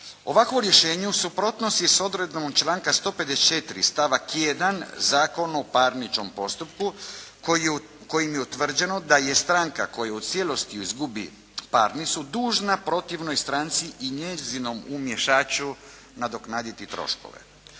Ovakvo rješenje u suprotnosti je s odredbom članka 54. stavak 1. Zakona o parničnom postupku kojim je utvrđeno da je stranka koja u cijelosti izgubi parnicu dužna protivnoj stranci i njezinom umiješaču nadoknaditi troškove.